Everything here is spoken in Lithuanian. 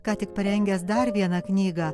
ką tik parengęs dar vieną knygą